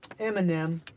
Eminem